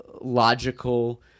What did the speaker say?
logical